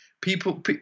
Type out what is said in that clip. people